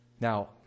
Now